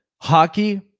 hockey